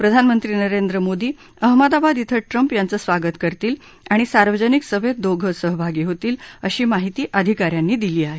प्रधानमंत्री नरेंद्र मोदी अहमदाबाद इथं ट्रम्प याचं स्वागत करतील आणि सार्वजनिक सभेत दोघं सहभागी होतील अशी माहिती अधिकाऱ्यांनी दिली आहे